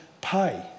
pay